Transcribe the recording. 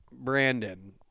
Brandon